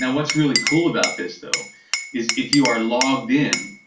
and what's really cool about this though is if you are logged in,